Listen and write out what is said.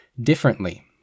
differently